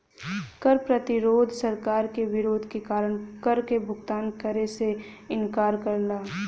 कर प्रतिरोध सरकार के विरोध के कारण कर क भुगतान करे से इंकार करला